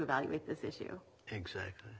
evaluate this issue exactly